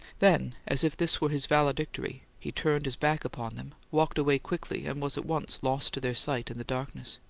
then, as if this were his valedictory, he turned his back upon them, walked away quickly, and was at once lost to their sight in the darkness.